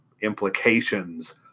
implications